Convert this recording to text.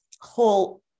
whole